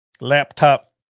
laptop